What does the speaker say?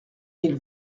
mille